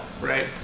right